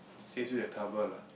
saves you the trouble lah